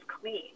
clean